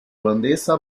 holandesa